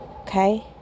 Okay